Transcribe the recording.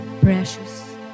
precious